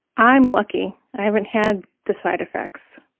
i'm lucky. i haven't had the side effects.